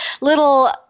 little